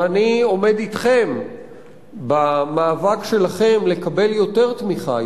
ואני עומד אתכם במאבק שלכם לקבל יותר תמיכה,